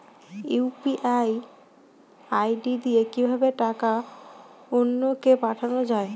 UPI ID দিয়ে কিভাবে টাকা অন্য কে পাঠানো যায়?